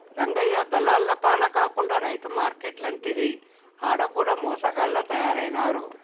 రంగయ్య దళార్ల పాల కాకుండా రైతు మార్కేట్లంటిరి ఆడ కూడ మోసగాళ్ల తయారైనారు